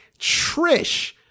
Trish